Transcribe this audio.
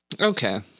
Okay